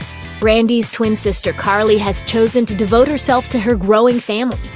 brandi's twin sister karli has chosen to devote herself to her growing family.